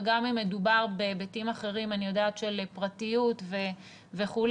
וגם אם מדובר בהיבטים אחרים של פרטיות וכו',